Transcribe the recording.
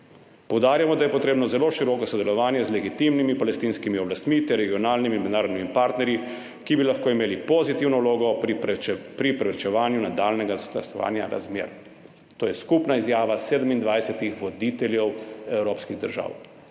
Poudarjamo, da je potrebno zelo široko sodelovanje z legitimnimi palestinskimi oblastmi ter regionalnimi mednarodnimi partnerji, ki bi lahko imeli pozitivno vlogo pri preprečevanju nadaljnjega zaostrovanja razmer.« To je skupna izjava 27 voditeljev evropskih držav